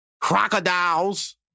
crocodiles